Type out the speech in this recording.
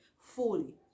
fully